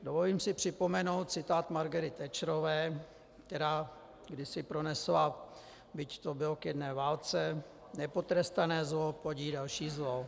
Dovolím si připomenout citát Margaret Thatcherové, která kdysi pronesla, byť to bylo k jedné válce: Nepotrestané zlo plodí další zlo.